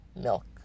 milk